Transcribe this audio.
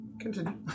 Continue